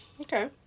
Okay